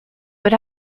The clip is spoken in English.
but